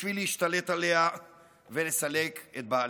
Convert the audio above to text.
בשביל להשתלט עליה ולסלק את בעליה.